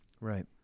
Right